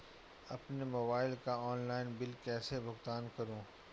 अपने मोबाइल का online bill कैसे भुगतान करूं?